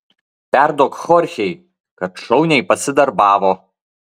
perduok chorchei kad šauniai pasidarbavo